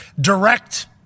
direct